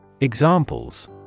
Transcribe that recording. Examples